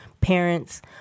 Parents